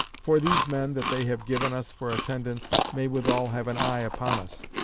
for these men that they have given us for attendance, may withal have an eye upon us.